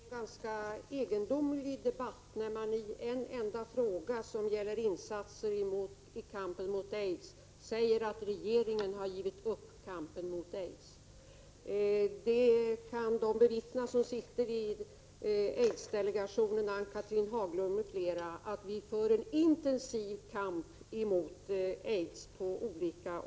Herr talman! Det blir en ganska egendomlig debatt när man på grundval av svaret på en enda fråga som gäller kampen mot aids säger att regeringen har givit upp kampen mot aids. De som är med i aidsdelegationen — t.ex. Ann-Cathrine Haglund — kan intyga att vi på olika sätt för en intensiv kamp mot aids.